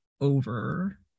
over